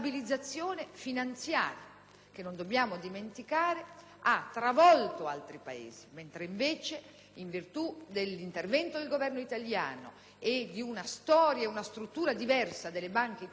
non lo dobbiamo dimenticare - ha travolto altri Paesi, mentre invece, in virtù dell'intervento del Governo italiano e di una storia e di una struttura diverse dalle banche italiane, è per noi